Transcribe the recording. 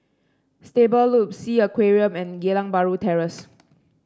Stable Loop Sea Aquarium and Geylang Bahru Terrace